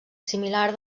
similar